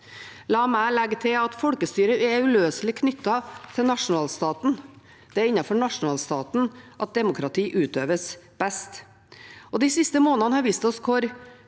La meg legge til at folkestyret er uløselig knyttet til nasjonalstaten. Det er innenfor nasjonalstaten at demokratiet utøves best. De siste månedene har vist oss hvor